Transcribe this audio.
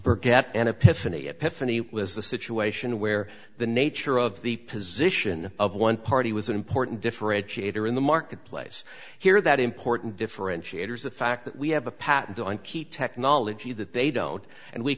epiphany was the situation where the nature of the position of one party was an important differentiator in the marketplace here that important differentiators the fact that we have a patent on key technology that they don't and we